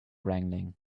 wrangling